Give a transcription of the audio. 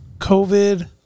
COVID